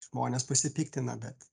žmonės pasipiktina bet